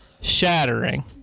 Shattering